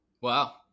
Wow